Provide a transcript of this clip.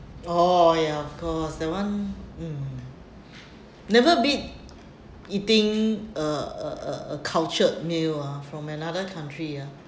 oh ya of course that one mm never beat eating a a a cultured meal ah from another country ah